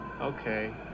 Okay